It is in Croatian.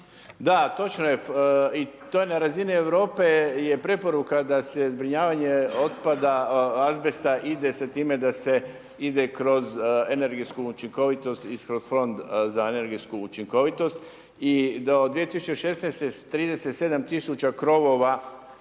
Da točno je, i to je na razini Europe je preporuka da se zbrinjavanje otpada azbesta ide se time da se ide kroz energetsku učinkovitost i kroz Fond za energetsku učinkovitost i da od 2016. 37 tisuća krovova